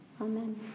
Amen